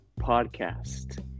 podcast